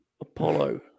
Apollo